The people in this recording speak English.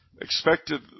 expected